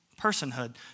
personhood